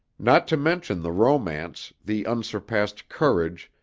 not to mention the romance, the unsurpassed courage,